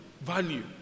Value